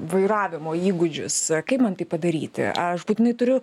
vairavimo įgūdžius kaip man tai padaryti aš būtinai turiu